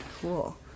cool